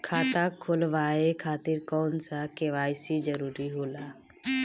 खाता खोलवाये खातिर कौन सा के.वाइ.सी जरूरी होला?